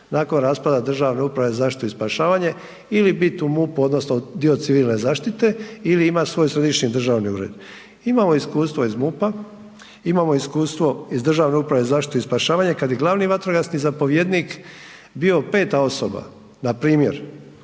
nakon raspada Državne uprave za zaštitu i spašavanje ili biti u MUP-u odnosno dio civilne zaštite ili imati svoj središnji državni ured. Imamo iskustvo iz MUP-a, imamo iskustvo iz Državne uprave za zaštitu i spašavanje kada je glavni vatrogasni zapovjednik bio peta osoba. Npr. evo